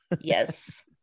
Yes